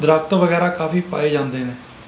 ਦਰਖਤ ਵਗੈਰਾ ਕਾਫੀ ਪਾਏ ਜਾਂਦੇ ਨੇ